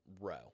row